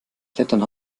klettern